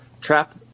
trap